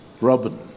Robin